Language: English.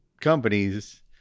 companies